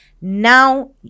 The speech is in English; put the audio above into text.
now